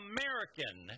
American